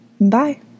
Bye